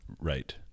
Right